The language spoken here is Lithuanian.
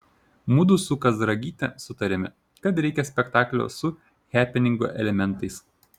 mudu su kazragyte sutarėme kad reikia spektaklio su hepeningo elementais